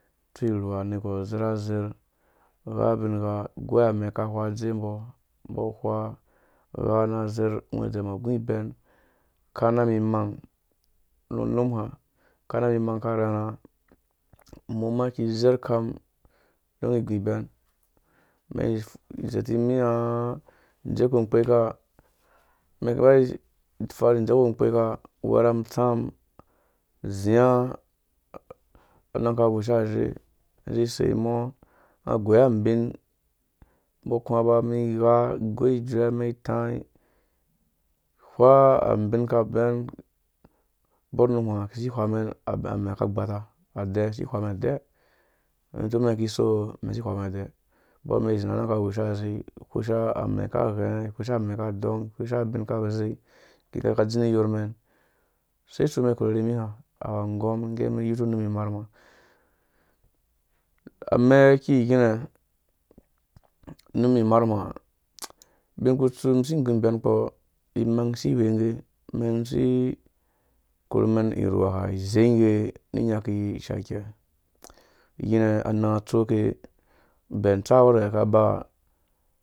anergwar azerazer, aghabin gha agoi amɛ̃ aka ahwa azowe mbɔ ahwa, aghana azer, angwẽdzɛn agũ ibɛn akana mum imang nu unum hã akana mum imang aka rharha umum uma izer ukam saboda igũ ibɛm umɛn ize iti miiã ĩdzek ku ũkpeka umɛn iki ifare ĩdzek ku uwɛrha mum atsa mum azĩã anang aka wushazhe izĩ isei umɔɔ̃ ĩnggoi abin unbɔ akua ba umɛn ighaa, inggoi ijuɛ umɛn itãĩ ihwa abin aka tɛn ubor unum hãumɛn isi ihwa mɛn adɛ utseku umɛn ikiso isiihwa mɛn adɛ ubor umɛn izi ra anang akika wusha azhe ihwesha amɛ̃ akika ghɛngɛ ihwesha amɛ̃ aki adong, ihwesha abin akika zei, abinke aki idzin iyor mɛn, use utsu umɛn ikurhe ri mihã awu anggɔm ngge umu iki iyutu unum imar mum amɛk aki ighinɛ̃ unum imar uma hã ubin imang isi iwengge umɛn isi ikurhu mɛn irhuwa ha izei ngge inyaki iyi ishaikɛ ighinɛ ananga atsoke, ubɛn utsa wɛrɛ ha akaba